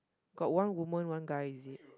got one woman one guy is it